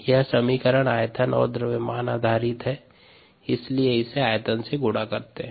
यह समीकरण आयतन और द्रव्यमान आधारित है इसलिए इसे आयतन से गुणा करते है